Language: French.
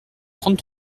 trente